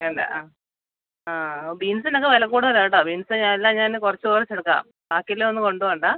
വേണ്ട ആ ആ ബീൻസിനൊക്കെ വില കൂടുതലാണ് കേട്ടോ ബീൻസ് ഞാൻ എല്ലാം ഞാൻ കുറച്ച് കുറച്ച് എടുക്കാം കാൽ കിലോ ഒന്നും കൊണ്ട് പോവേണ്ട